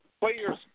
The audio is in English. players